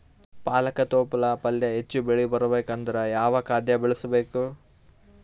ಪಾಲಕ ತೊಪಲ ಪಲ್ಯ ಹೆಚ್ಚ ಬೆಳಿ ಬರಬೇಕು ಅಂದರ ಯಾವ ಖಾದ್ಯ ಬಳಸಬೇಕು?